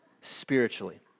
spiritually